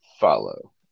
Follow